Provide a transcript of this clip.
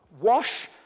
Wash